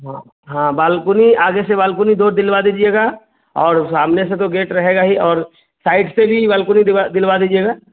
हाँ हाँ बालकुनी आगे से बालकुनी दो दिलवा दीजिएगा और सामने से दो गेट रहेगा ही और साइड से भी बालकुनी दिवा दिलवा दीजिएगा